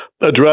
address